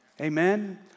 Amen